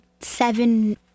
seven